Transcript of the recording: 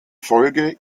folge